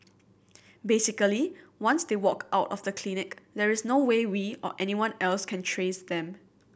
basically once they walk out of the clinic there is no way we or anyone else can trace them